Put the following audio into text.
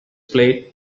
plate